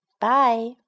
Bye